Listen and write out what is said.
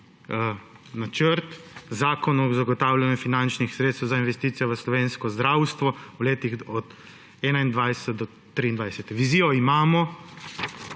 načrt Zakona o zagotavljanju sredstev za investicije v slovensko zdravstvo v letih od 2021 do 2031. Vizijo imamo